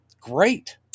Great